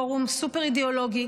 פורום סופר-אידיאולוגי